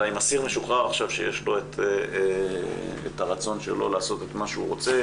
אלא עם אסיר משוחרר שיש לו את הרצון שלו לעשות את מה שהוא רוצה,